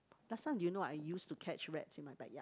last time do you know I used to catch rats in my backyard